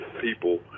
people